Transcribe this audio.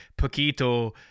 poquito